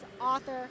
author